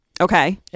okay